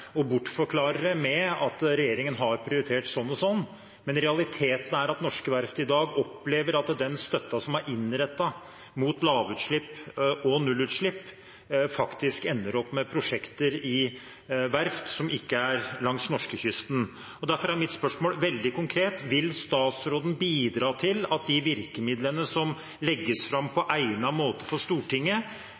og bortforklarer det med at regjeringen har prioritert sånn og slik, men realiteten er at norske verft i dag opplever at den støtten som er innrettet mot lavutslipp og nullutslipp, faktisk ender opp i prosjekter ved verft som ikke er langs norskekysten. Derfor er mitt spørsmål, veldig konkret: Vil statsråden bidra til at de virkemidlene som legges fram på egnet måte for Stortinget,